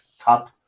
top